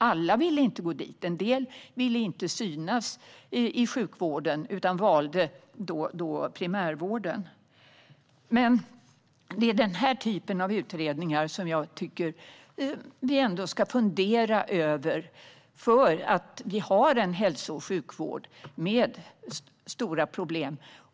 Alla ville inte gå dit - en del ville inte synas i sjukvården utan valde primärvården. Men jag tycker att det är denna typ av utredningar som vi bör fundera över. Vi har en hälso och sjukvård med stora problem.